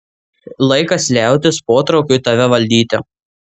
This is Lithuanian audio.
laikas liautis potraukiui tave valdyti